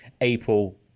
April